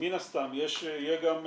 מן הסתם יהיה גם להערכתי,